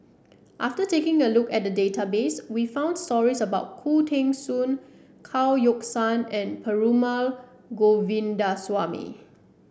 after taking a look at the database we found stories about Khoo Teng Soon Chao Yoke San and Perumal Govindaswamy